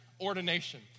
ordination